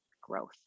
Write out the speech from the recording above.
growth